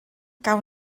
gawn